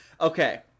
Okay